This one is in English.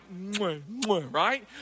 right